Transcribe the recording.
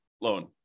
loan